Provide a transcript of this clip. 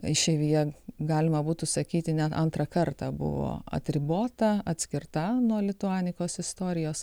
išeivija galima būtų sakyti net antrą kartą buvo atribota atskirta nuo lituanikos istorijos